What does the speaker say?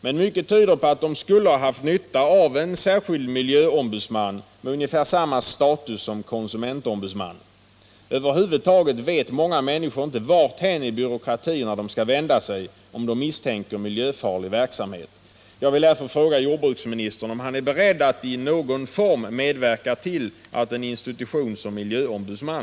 Men mycket tyder på att de skulle ha haft nytta av en särskild miljöombudsman med ungefär samma status som konsument ombudsmannen. Över huvud taget vet många människor inte varthän i byråkratierna de skall vända sig om de misstänker miljöfarlig verk samhet. Jag vill därför fråga jordbruksministern om han är beredd att medverka till att i någon form skapa en institution som miljöombudsman.